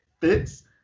fits